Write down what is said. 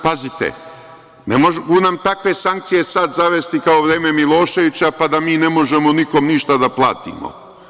Pazite, ne mogu nam takve sankcije sad zavesti kao u vreme Miloševića, pa da mi ne možemo nikom niša da platimo.